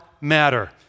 matter